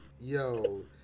Yo